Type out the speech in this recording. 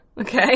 Okay